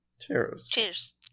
Cheers